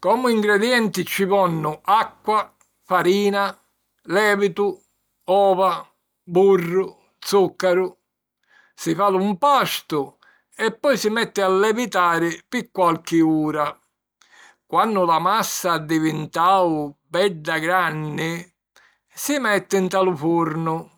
Comu ingredienti ci vonnu: acqua, farina, lèvitu, ova, burru, zùccaru. Si fa lu mpastu e poi si metti a levitari pi qualchi ura. Quannu la massa addivintau bedda granni, si metti nta lu furnu.